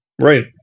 Right